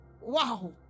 wow